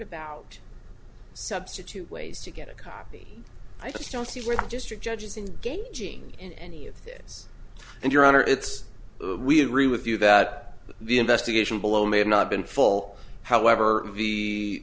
about substitute ways to get a copy i just don't see where the district judges in gauging in any of this and your honor it's we agree with you that the investigation below may have not been full however